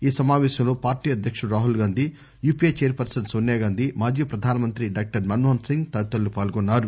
ఈ సమాపేశంలో పార్టీ అధ్యకుడు రాహుల్ గాంధీ యూపీఏ చైర్ పర్పన్ నోనియాగాంధీ మాజీ ప్రధానమంత్రి డాక్టర్ మన్మోహన్ సింగ్ తదితరులు పాల్గొన్నారు